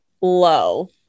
low